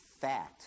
fat